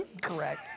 Correct